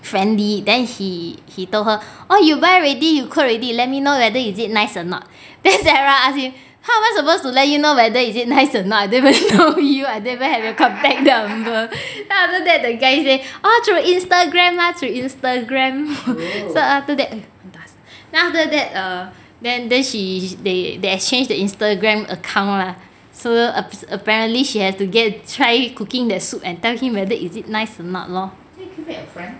friendly then he he told her orh you buy already you cook already let me know whether is it nice or not then sarah ask him how am I supposed to let you know whether is it nice or not I don't even know you I don't even have your contact number then after that the guy say oh through Instagram lah through Instagram so after that so after that err then then she they exchange the Instagram account lah so apparently she has to try cooking the soup and tell him whether is it nice or not lor